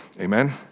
Amen